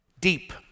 Deep